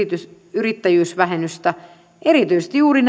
yrittäjyysvähennystä erityisesti juuri